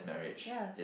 ya